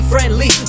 friendly